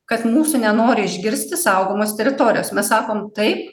kad mūsų nenori išgirsti saugomos teritorijos mes sakom taip